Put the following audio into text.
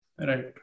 Right